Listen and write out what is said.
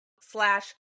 slash